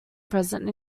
present